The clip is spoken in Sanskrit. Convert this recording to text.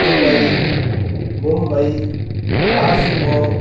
Dubai Mumbai Moscow